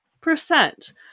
percent